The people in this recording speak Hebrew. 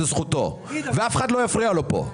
זו זכותו ואף אחד לא יפריע לו פה.